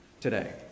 today